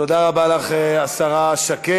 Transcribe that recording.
תודה רבה לך, השרה שקד.